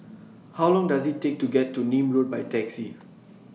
How Long Does IT Take to get to Nim Road By Taxi